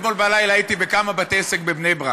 אתמול בלילה הייתי בכמה בתי-עסק בבני-ברק.